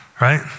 right